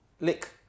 Lick